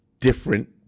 different